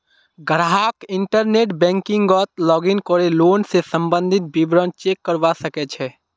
ग्राहक इंटरनेट बैंकिंगत लॉगिन करे लोन स सम्बंधित विवरण चेक करवा सके छै